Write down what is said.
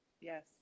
yes